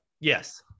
Yes